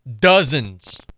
Dozens